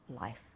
life